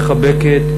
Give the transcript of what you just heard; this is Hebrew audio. מחבקת,